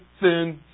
sin